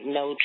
no